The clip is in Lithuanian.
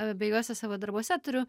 abiejuose savo darbuose turiu